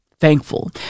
thankful